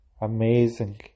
Amazing